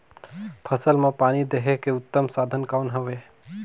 फसल मां पानी देहे के उत्तम साधन कौन हवे?